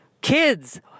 kids